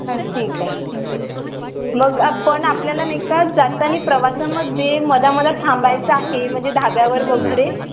हां ठीक आहे मग पण आपल्याला नाही का जाताना प्रवासामध्ये मध्ये मध्ये थांबायचं आहे म्हणजे धाब्यावर वगैरे